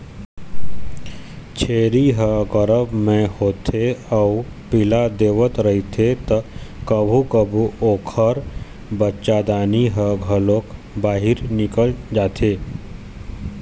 छेरी ह गरभ म होथे अउ पिला देवत रहिथे त कभू कभू ओखर बच्चादानी ह घलोक बाहिर निकल जाथे